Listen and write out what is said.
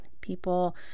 People